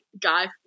guy